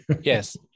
Yes